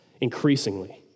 increasingly